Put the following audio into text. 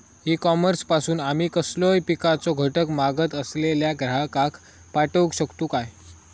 E commerce पासून आमी कसलोय पिकाचो घटक मागत असलेल्या ग्राहकाक पाठउक शकतू काय?